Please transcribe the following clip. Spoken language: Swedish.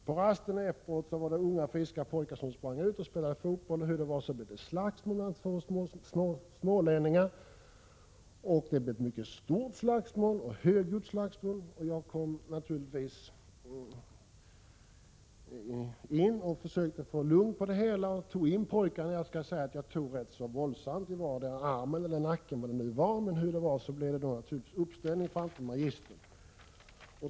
På rasten efteråt sprang unga, friska pojkar ut och spelade fotboll. Hur det var blev det slagsmål mellan två små smålänningar, och det blev ett mycket stort och högljutt slagsmål! Jag gick naturligtvis in och försökte lugna ner det hela. Jag togin pojkarna, rätt så våldsamt, en i vardera armen eller nacken eller var det nu var, och så blev det uppställning framför magistern.